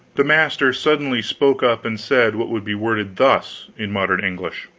the master suddenly spoke up and said what would be worded thus in modern english